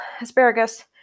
asparagus